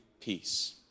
peace